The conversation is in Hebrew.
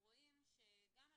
אני רוצה לומר לגבי